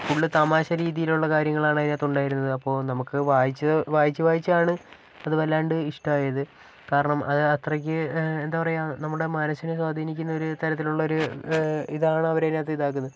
full തമാശ രീതിയിലുള്ള കാര്യങ്ങളാണ് അതിനകത്ത് ഉണ്ടായിരുന്നത് അപ്പോൾ നമുക്ക് വായിച്ച് വായിച്ച് വായിച്ചാണ് അത് വല്ലാണ്ട് ഇഷ്ടമായത് കാരണം അത് അത്രയ്ക്ക് എന്താ പറയുക നമ്മുടെ മനസ്സിനെ സ്വാധീനിക്കുന്ന ഒരു തരത്തിലുള്ളൊരു ഇതാണ് അവര് ഇതിനകത്ത് ഇതാക്കുന്നത്